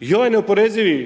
I ovaj neoporezivi